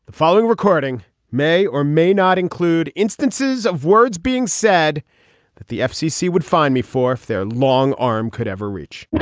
following recording may or may not include instances of words being said that the fcc would find me for if their long arm could ever reach